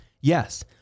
Yes